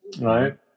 right